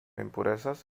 impureses